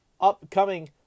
upcoming